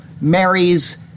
marries